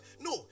No